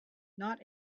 not